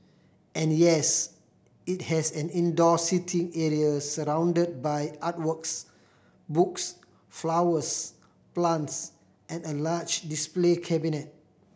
and yes it has an indoor seating area surrounded by art works books flowers plants and a large display cabinet